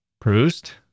Proust